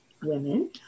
women